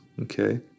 Okay